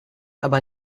aber